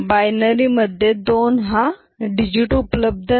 binary मधे 2 हा digit उपलब्ध नाही